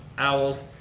owls,